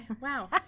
wow